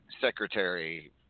secretary